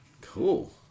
Cool